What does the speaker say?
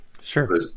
sure